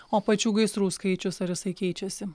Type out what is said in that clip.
o pačių gaisrų skaičius ar jisai keičiasi